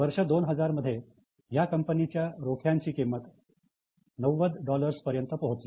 वर्ष 2000 मध्ये या कंपनीच्या रोख्यांची किंमत 90 डॉलर्स पर्यंत पोहोचली